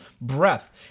breath